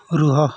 ରୁହ